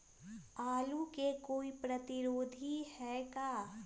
आलू के कोई प्रतिरोधी है का?